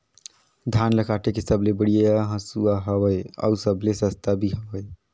धान ल काटे के सबले बढ़िया हंसुवा हवये? अउ सबले सस्ता भी हवे?